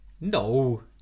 No